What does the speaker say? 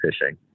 fishing